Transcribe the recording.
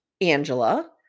Angela-